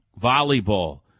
volleyball